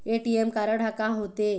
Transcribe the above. ATM card हा का होते?